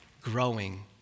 growing